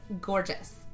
gorgeous